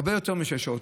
הרבה יותר משש שעות.